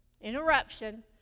Interruption